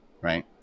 right